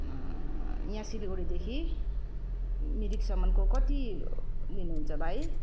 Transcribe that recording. यहाँ सिलगडीदेखि मिरिकसम्मको कति लिनु हुन्छ भाइ